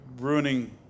ruining